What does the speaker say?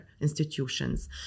institutions